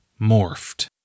morphed